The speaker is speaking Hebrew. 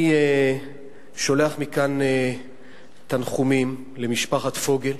אני שולח מכאן תנחומים למשפחת פוגל,